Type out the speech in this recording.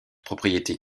propriétés